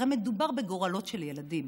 הרי מדובר בגורלות של ילדים.